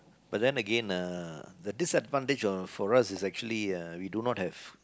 but then again the disadvantage of for us is actually we don't